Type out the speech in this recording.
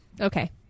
okay